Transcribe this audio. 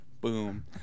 Boom